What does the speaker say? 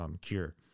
cure